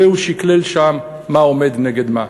והוא שקלל שם מה עומד נגד מה,